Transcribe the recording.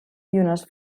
unes